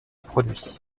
produit